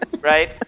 Right